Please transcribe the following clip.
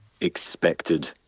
expected